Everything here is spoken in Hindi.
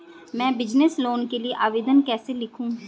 मैं बिज़नेस लोन के लिए आवेदन कैसे लिखूँ?